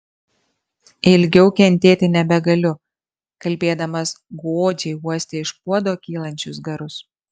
ilgiau kentėti nebegaliu kalbėdamas godžiai uostė iš puodo kylančius garus